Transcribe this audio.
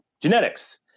genetics